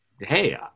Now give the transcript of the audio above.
Hey